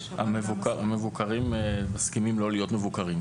המבוקרים מסכימים לא להיות מבוקרים.